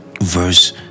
Verse